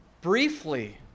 briefly